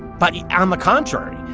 but on the contrary,